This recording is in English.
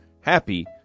Happy